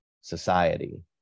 society